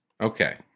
Okay